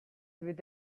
with